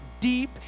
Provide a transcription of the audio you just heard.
deep